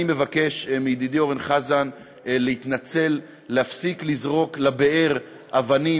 אני מבקש מידידי אורן חזן להתנצל ולהפסיק לזרוק לבאר אבנים